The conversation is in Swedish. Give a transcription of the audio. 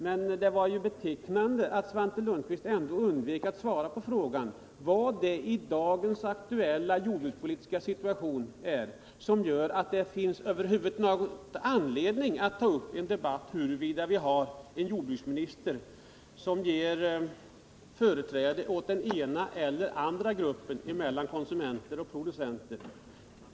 Men det var ju betecknande att Svante Lundkvist undvek att svara på frågan vad det är i dagens aktuella jordbrukspolitik som föranleder en debatt om huruvida jordbruksministern ger företräde åt den ena eller andra gruppen, åt konsumenter eller producenter.